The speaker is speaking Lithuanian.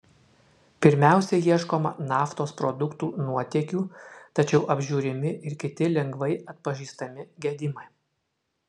pirmiausia ieškoma naftos produktų nuotėkių tačiau apžiūrimi ir kiti lengvai atpažįstami gedimai